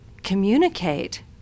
communicate